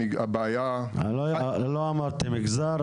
הבעיה --- לא אמרתי מגזר,